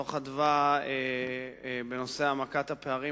דוח "מרכז אדוה" בנושא העמקת הפערים